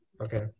Okay